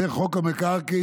זה חוק המקרקעין,